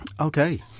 Okay